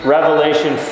Revelation